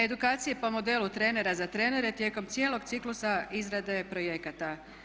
Edukacije po modelu trenera za trenere tijekom cijelog ciklusa izrade projekata.